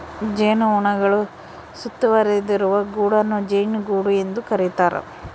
ಜೇನುಹುಳುಗಳು ಸುತ್ತುವರಿದಿರುವ ಗೂಡನ್ನು ಜೇನುಗೂಡು ಎಂದು ಕರೀತಾರ